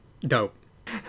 Dope